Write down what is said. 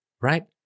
right